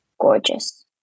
gorgeous